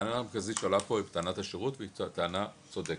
הטענה המרכזית שעולה פה היא טענת השירות והיא טענה צודקת.